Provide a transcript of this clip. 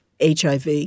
HIV